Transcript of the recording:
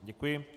Děkuji.